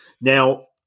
Now